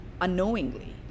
unknowingly